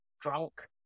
drunk